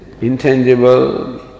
intangible